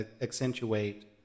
accentuate